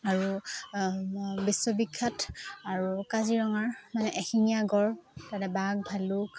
আৰু বিশ্ববিখ্যাত আৰু কাজিৰঙাৰ মানে এশিঙীয়া গঁড় তাতে বাঘ ভালুক